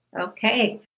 Okay